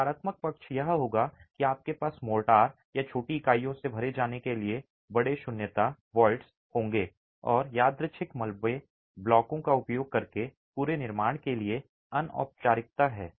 नकारात्मक पक्ष यह होगा कि आपके पास मोर्टार या छोटी इकाइयों से भरे जाने के लिए बड़े शून्यता होंगे और यादृच्छिक मलबे ब्लॉकों का उपयोग करके पूरे निर्माण के लिए एक अनौपचारिकता है